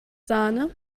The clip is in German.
sahne